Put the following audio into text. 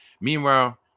Meanwhile